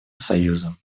союзом